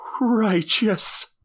righteous